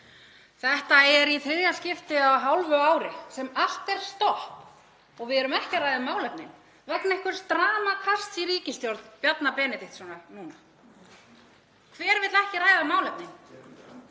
Þetta er í þriðja skipti á hálfu ári sem allt er stopp og við erum ekki að ræða málefnin vegna einhvers dramakasts í ríkisstjórn Bjarna Benediktssonar núna. Hver vill ekki ræða málefnin?